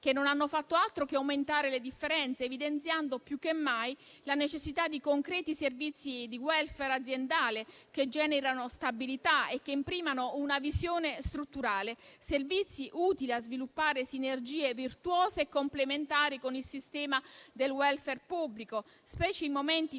che non hanno fatto altro che aumentare le differenze, evidenziando più che mai la necessità di concreti servizi di *welfare* aziendale che generino stabilità e imprimano una visione strutturale, servizi utili a sviluppare sinergie virtuose e complementari con il sistema del *welfare* pubblico, specialmente in momenti